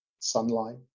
sunlight